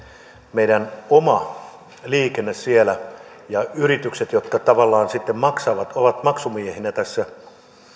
meidän oma liikenteemme siellä ja yritykset tavallaan sitten ovat maksumiehinä näissä